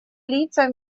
лица